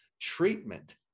treatment